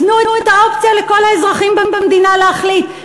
תנו את האופציה לכל האזרחים במדינה להחליט,